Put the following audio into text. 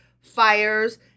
fires